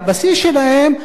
בשיא שלהם,